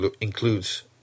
includes